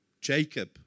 Jacob